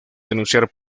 denunciar